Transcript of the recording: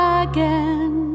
again